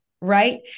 right